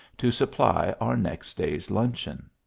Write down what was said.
to supply our next day s luncheon.